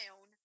own